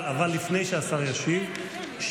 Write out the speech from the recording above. אבל לפני שהשר ישיב,